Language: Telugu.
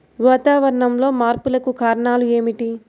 వాతావరణంలో మార్పులకు కారణాలు ఏమిటి?